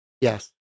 Yes